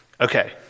Okay